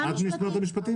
את משרד המשפטים?